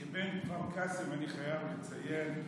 כבן כפר קאסם אני חייב לציין,